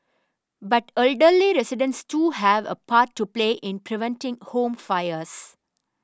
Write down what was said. but elderly residents too have a part to play in preventing home fires